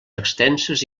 extenses